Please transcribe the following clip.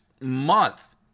month